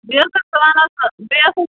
بیٚیہِ ٲسٕکھ ونان ژٕ بیٚیہِ